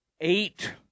eight